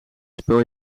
speel